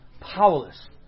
Powerless